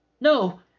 No